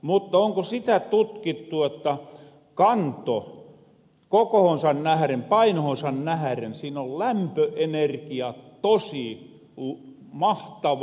mutta onko sitä tutkittu jotta kannossa kokohonsa nähren painohonsa nähren on lämpöenergia tosi mahtava